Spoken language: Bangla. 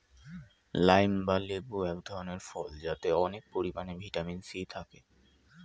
লাইম বা লেবু এক ধরনের ফল যাতে অনেক পরিমাণে ভিটামিন সি থাকে